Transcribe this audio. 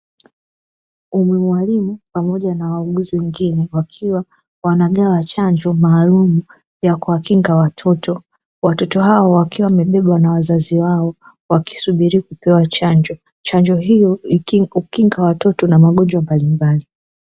Ummy Mwalimu pamoja na wauguzi wengine wakiwa wanagawa chanjo maalumu ya kuwakinga watoto, watoto hao wakiwa wamebebwa na wazazi wao wakisubiri kupewa chanjo, chanjo hiyo ikikinga watoto na magonjwa mbalimbali.